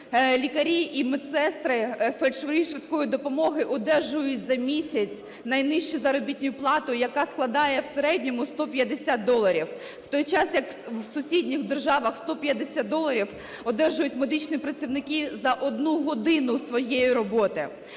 лікарі і медсестри, фельдшери швидкої допомоги одержують за місяць найнижчу заробітну плату, яка складає в середньому 150 доларів, у той час як у сусідніх державах 150 доларів одержують медичні працівники за одну годину своєї роботи.